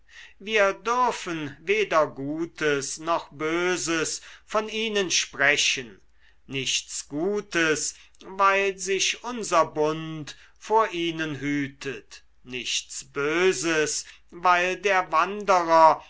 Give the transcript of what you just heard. wir dürfen weder gutes noch böses von ihnen sprechen nichts gutes weil sich unser bund vor ihnen hütet nichts böses weil der wanderer